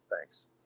Thanks